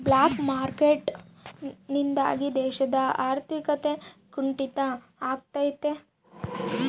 block market ನಿಂದಾಗಿ ದೇಶದ ಆರ್ಥಿಕತೆ ಕುಂಟಿತ ಆಗ್ತೈತೆ